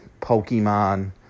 Pokemon